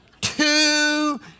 Two